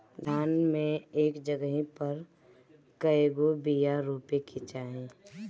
धान मे एक जगही पर कएगो बिया रोपे के चाही?